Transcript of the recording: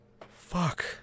Fuck